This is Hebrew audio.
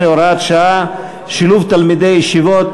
והוראת שעה) (שילוב תלמידי ישיבות),